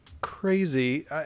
crazy